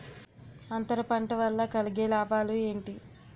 అంతర పంట వల్ల కలిగే లాభాలు ఏంటి